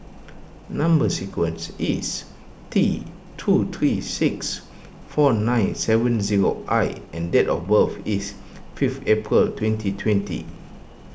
Number Sequence is T two three six four nine seven zero I and date of birth is fifth April twenty twenty